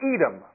Edom